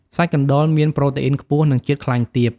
សាច់កណ្តុរមានប្រូតេអ៊ុីនខ្ពស់ និងជាតិខ្លាញ់ទាប។